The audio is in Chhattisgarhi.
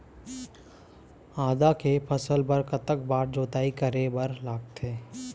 आदा के फसल बर कतक बार जोताई करे बर लगथे?